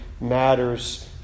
matters